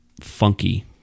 funky